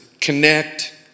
connect